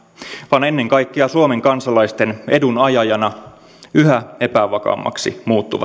vaan ennen kaikkea suomen kansalaisten edun ajajana yhä epävakaammaksi muuttuvassa maailmassa